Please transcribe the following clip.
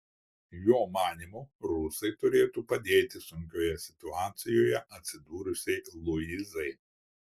jo manymu rusai turėtų padėti sunkioje situacijoje atsidūrusiai luizai